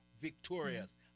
Victorious